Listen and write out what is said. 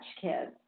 Kids